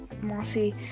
mossy